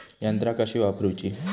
यंत्रा कशी वापरूची?